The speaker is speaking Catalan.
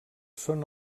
són